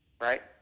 Right